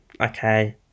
okay